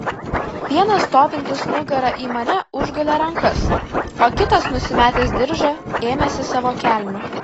vienas stovintis nugara į mane užgulė rankas o kitas nusimetęs diržą ėmėsi savo kelnių